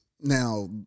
Now